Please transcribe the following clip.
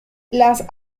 las